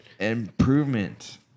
improvement